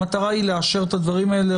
המטרה היא לאשר את הדברים האלה.